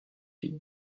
fille